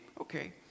Okay